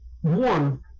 one